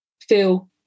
feel